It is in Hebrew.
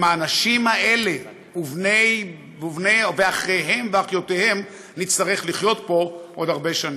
עם האנשים האלה ואחיהם ואחיותיהם נצטרך לחיות פה עוד הרבה שנים.